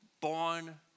born